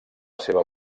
seva